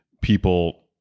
people